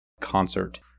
concert